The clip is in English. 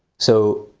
so,